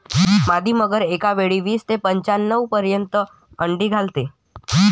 मादी मगर एकावेळी वीस ते पंच्याण्णव पर्यंत अंडी घालते